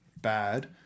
bad